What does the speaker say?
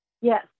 Yes